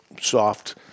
soft